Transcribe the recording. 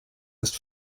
ist